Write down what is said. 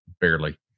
barely